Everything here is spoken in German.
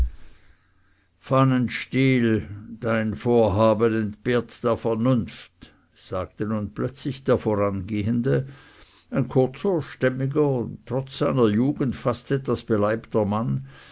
pfannenstiel dein vorhaben entbehrt der vernunft sagte nun plötzlich der vorangehende ein kurzer stämmiger trotz seiner jugend fast etwas beleibter mann